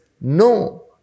no